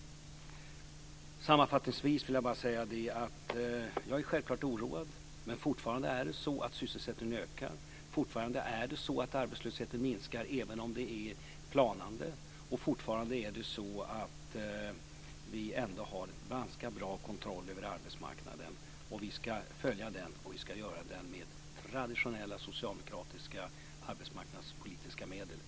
Sammanfattningsvis vill jag säga att jag självklart är oroad, men det är fortfarande så att sysselsättningen ökar. Det är fortfarande så att arbetslösheten minskar, även om det planar ut. Vi har fortfarande ganska bra kontroll över arbetsmarknaden. Vi ska följa den, och vi ska göra det med traditionella socialdemokratiska arbetsmarknadspolitiska medel.